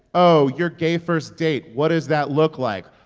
oh, your gay first date what does that look like?